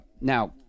Now